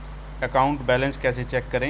Account balance कैसे check करें?